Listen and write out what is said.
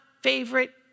favorite